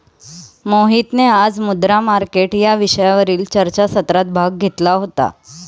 मोहितने आज मुद्रा मार्केट या विषयावरील चर्चासत्रात भाग घेतला होता